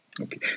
Okay